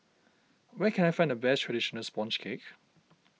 where can I find the best Traditional Sponge Cake